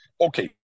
Okay